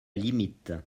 limite